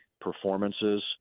performances